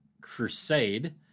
crusade